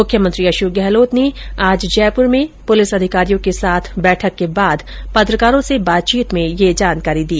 मुख्यमंत्री अशोक गहलोत ने आज जयपुर में पुलिस अधिकारियों के साथ बैठक के बाद पत्रकारों से बातचीत में ये जानकारी दी